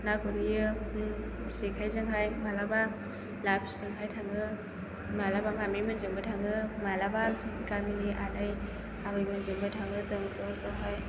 ना गुरहैयो जेखायजोंहाय माब्लाबा लाफिजोंहाय थाङो माब्लाबा माम्मि मोनजोंबो थाङो माब्लाबा गामिनि आनै आबैमोनजोंबो थाङो जों ज' ज' हाय